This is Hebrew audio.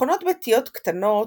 במכונות ביתיות קטנות,